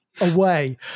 away